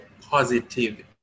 positive